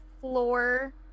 floor